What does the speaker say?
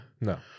No